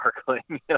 sparkling